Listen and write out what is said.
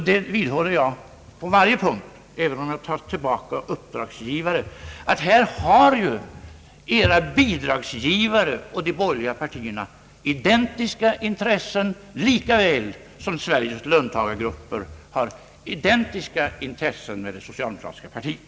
Jag vidhåller på varje punkt — även om jag tar tillbaka ordet »Uuppdragsgivare» — att era bidragsgivare och de borgerliga partierna här har identiska intressen lika väl som Sveriges löntagargrupper har identiska intressen med det socialdemokratiska partiet.